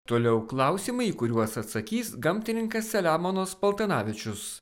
toliau klausimai į kuriuos atsakys gamtininkas selemonas paltanavičius